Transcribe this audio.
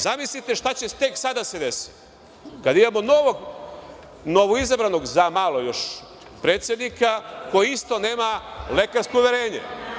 Zamislite šta će tek sada da se desi kada imamo novoizabranog, za malo još, predsednika koji isto nema lekarsko uverenje?